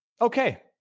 okay